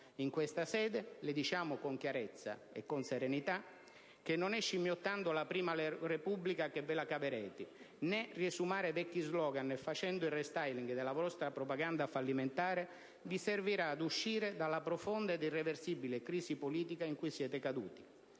in questa sede le diciamo con chiarezza e serenità che non è scimmiottando la prima Repubblica che ve la caverete, né riesumare vecchi *slogan* e fare il *restyling* della vostra propaganda fallimentare vi servirà ad uscire dalla profonda ed irreversibile crisi politica in cui siete caduti.